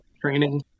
Training